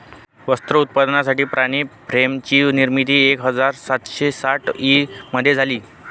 वस्त्र उत्पादनासाठी पाणी फ्रेम ची निर्मिती एक हजार सातशे साठ ई मध्ये झाली